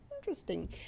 interesting